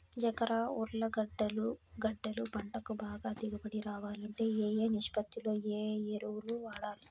ఎకరా ఉర్లగడ్డలు గడ్డలు పంటకు బాగా దిగుబడి రావాలంటే ఏ ఏ నిష్పత్తిలో ఏ ఎరువులు వాడాలి?